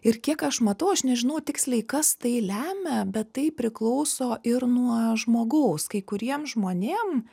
ir kiek aš matau aš nežinau tiksliai kas tai lemia bet tai priklauso ir nuo žmogaus kai kuriem žmonėm